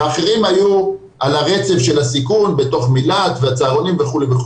ואחרים היו על הרצף של הסיכון בתוך מיל"ת והצהרונים וכולי.